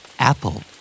Apple